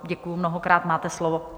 Děkuji mnohokrát, máte slovo.